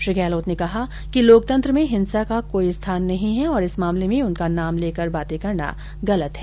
श्री गहलोत ने कहा कि लोकतंत्र में हिंसा का कोई स्थान नहीं हैं और इस मामले में उनका नाम लेकर बातें करना गलत हैं